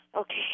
okay